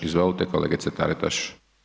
Izvolite kolegice Taritaš.